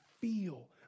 feel